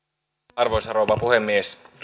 arvoisa rouva puhemies